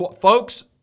folks